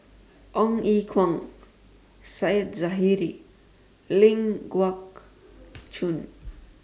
Ong Ye Kung Said Zahari and Ling Geok Choon